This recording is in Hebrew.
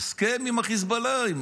הסכם עם חיזבאללה.